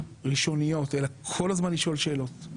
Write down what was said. ראשוניות אלא כל הזמן לשאול שאלות,